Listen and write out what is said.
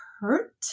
hurt